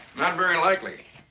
not very likely.